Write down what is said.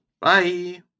Bye